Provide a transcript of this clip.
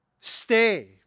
stay